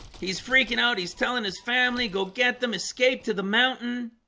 he's freaking out. he's telling his family go get them escape to the mountain